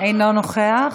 אינו נוכח,